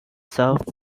served